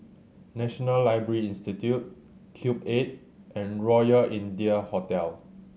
National Library Institute Cube Eight and Royal India Hotel